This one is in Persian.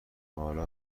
حالا